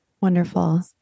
Wonderful